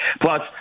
Plus